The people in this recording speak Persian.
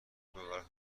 دلار